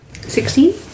Sixteen